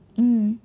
mm